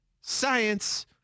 science